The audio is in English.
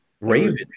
Raven